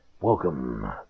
Welcome